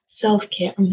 Self-care